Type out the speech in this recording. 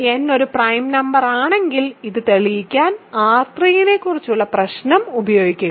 n ഒരു prime നമ്പറാണെങ്കിൽ ഇത് തെളിയിക്കാൻ R3 നെക്കുറിച്ചുള്ള പ്രശ്നം ഉപയോഗിക്കുക